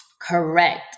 Correct